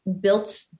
built